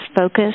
focus